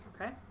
okay